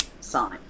sign